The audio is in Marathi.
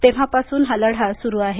तेव्हापासून हा लढा सुरु आहे